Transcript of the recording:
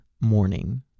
morning